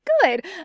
Good